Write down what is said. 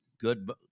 good